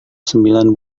sembilan